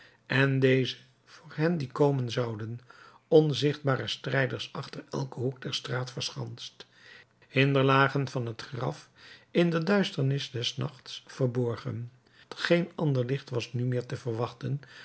en dezen voor hen die komen zouden onzichtbare strijders achter elken hoek der straat verschanst hinderlagen van het graf in de duisternis des nachts verborgen geen ander licht was nu meer te verwachten